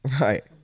right